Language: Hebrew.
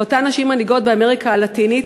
לאותן נשים מנהיגות באמריקה הלטינית,